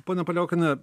ponia paliaukiene